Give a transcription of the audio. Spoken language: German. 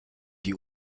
die